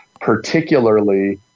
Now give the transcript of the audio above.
particularly –